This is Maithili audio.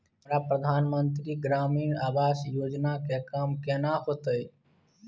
हमरा प्रधानमंत्री ग्रामीण आवास योजना के काम केना होतय?